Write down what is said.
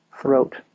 throat